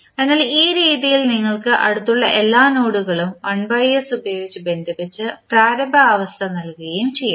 അതിനാൽ ഈ രീതിയിൽ നിങ്ങൾക്ക് അടുത്തുള്ള എല്ലാ നോഡുകളെയും 1 s ഉപയോഗിച്ച് ബന്ധിപ്പിച്ച് പ്രാരംഭ അവസ്ഥ നൽകുകയും ചെയ്യാം